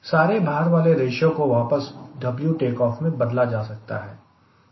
सारे भार वाले रेशियो को वापस W टेक ऑफ में बदला जा सकता है